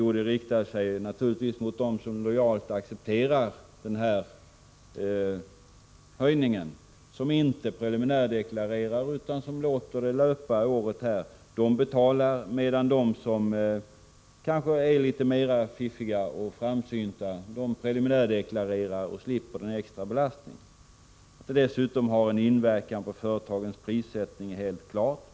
Jo, naturligtvis mot dem som lojalt accepterar den här höjningen, som inte preliminärdeklarerar utan låter det löpa under året. De som är litet mera fiffiga eller framsynta kanske preliminärdeklarerar och slipper den extra belastningen. Att detta dessutom har en inverkan på företagens prissättning är helt klart.